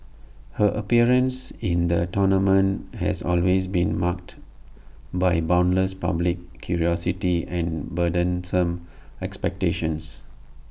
her appearance in the tournament has always been marked by boundless public curiosity and burdensome expectations